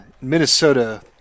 Minnesota